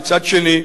מצד שני,